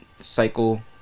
cycle